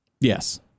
Yes